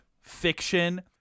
fiction